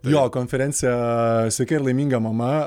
jo konferencija sveika ir laiminga mama